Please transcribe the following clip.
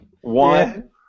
One